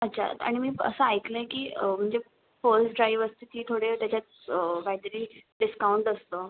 अच्छा आणि मी असं ऐकलं आहे की म्हणजे फर्स्ट ड्राइव्ह असली की थोडे त्याच्यात काहीतरी डिस्काऊंट असतं